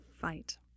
fight